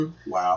Wow